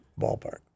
ballpark